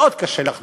מאוד קשה לחדור